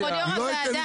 כבוד יו"ר הוועדה,